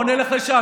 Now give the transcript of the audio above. בוא נלך לשם.